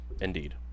indeed